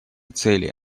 цели